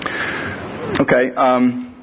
Okay